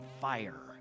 fire